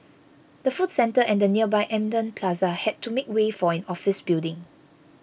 the food centre and the nearby Eminent Plaza had to make way for an office building